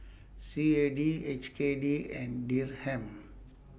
C A D H K D and Dirham